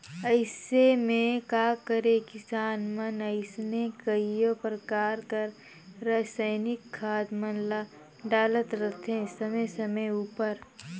अइसे में का करें किसान मन अइसने कइयो परकार कर रसइनिक खाद मन ल डालत रहथें समे समे उपर